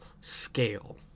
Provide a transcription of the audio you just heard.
scale